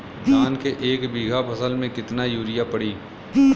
धान के एक बिघा फसल मे कितना यूरिया पड़ी?